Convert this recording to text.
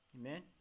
Amen